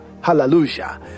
Hallelujah